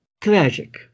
tragic